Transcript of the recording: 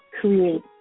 create